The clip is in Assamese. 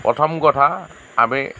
প্ৰথম কথা আমি